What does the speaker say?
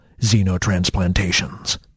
xenotransplantations